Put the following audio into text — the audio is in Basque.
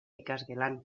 ikasgelan